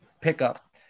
pickup